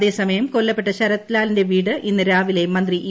അതേസമയം കൊല്ലപ്പെട്ട ശരത്ലാലിന്റെ വീട് ഇന്ന് രാവിലെ മന്ത്രി ഇ